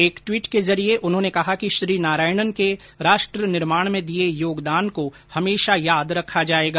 एक ट्वीट के जरिये उन्होंने कहा कि श्री नारायणन के राष्ट्र निर्माण में दिए योगदान को हमेशा याद रखा जाएगा